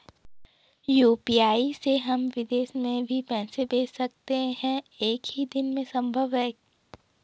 UPI से हम विदेश में भी पैसे भेज सकते हैं एक ही दिन में संभव है?